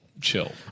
chill